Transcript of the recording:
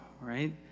right